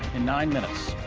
in nine minutes.